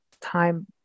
time